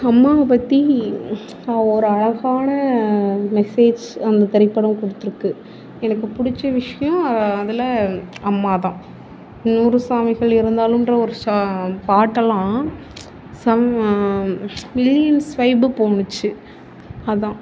அம்மாவை பற்றி ஒரு அழகான மெசேஜ் அந்த திரைப்படம் கொடுத்துருக்கு எனக்கு பிடிச்ச விஷயம் அதில் அம்மா தான் நூறு சாமிகள் இருந்தாலும்ன்ற ஒரு சா பாட்டெல்லாம் மில்லியன்ஸ் வைப் போனுச்சு அதுதான்